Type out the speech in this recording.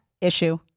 issue